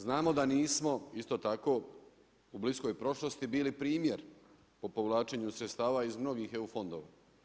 Znamo da nismo, isto tako u bliskoj prošlosti bili primjer po povlačenju sredstava iz mnogih EU fondova.